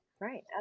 Right